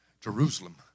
Jerusalem